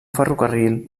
ferrocarril